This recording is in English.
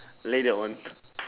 later on